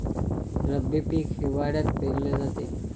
रब्बी पीक हिवाळ्यात पेरले जाते